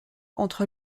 entre